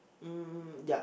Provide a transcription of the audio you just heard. mm yup